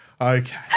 Okay